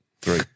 three